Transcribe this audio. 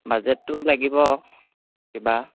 বাজেটটো লাগিব কিবা